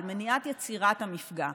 אל מניעת יצירת המפגע,